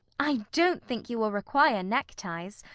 i don't think you will require neckties.